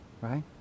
Right